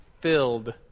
filled